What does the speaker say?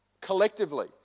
collectively